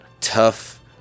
tough